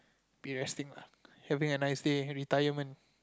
be resting lah having a nice day have retirement